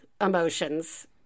emotions